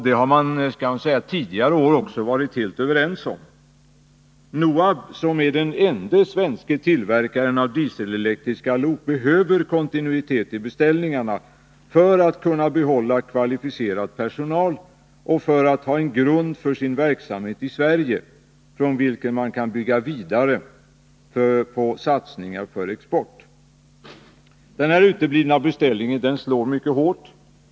Det har man tidigare år också varit helt överens om. NOHAB, som är den enda svenska tillverkaren av dieselelektriska lok, behöver kontinuitet i beställningarna för att kunna behålla kvalificerad personal och för att ha en grund för sin verksamhet i Sverige, från vilken man kan bygga vidare på satsningar för export. Beställningens uteblivande slår nu mycket hårt.